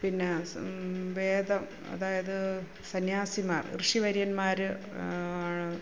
പിന്നെ വേദം അതായത് സന്യാസിമാർ ഋഷിവര്യൻമാർ